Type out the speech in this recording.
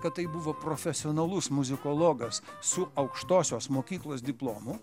kad tai buvo profesionalus muzikologas su aukštosios mokyklos diplomu